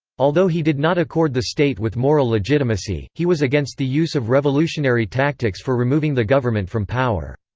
although he did not accord the state with moral legitimacy, he was against the use of revolutionary tactics for removing the government from power.